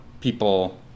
people